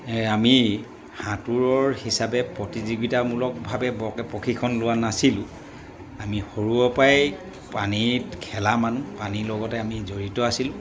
আমি সাঁতোৰৰ হিচাপে প্ৰতিযোগিতামূলকভাৱে বৰকৈ প্ৰশিক্ষণ লোৱা নাছিলোঁ আমি সৰুৰ পৰাই পানীত খেলা মানুহ পানীৰ লগতে আমি জড়িত আছিলোঁ